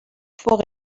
فوق